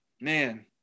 man